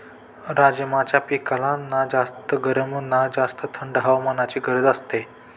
राजमाच्या पिकाला ना जास्त गरम ना जास्त थंड हवामानाची गरज असते